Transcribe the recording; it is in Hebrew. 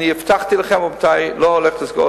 אני הבטחתי לכם, רבותי,